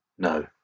no